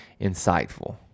insightful